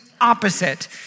opposite